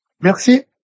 Merci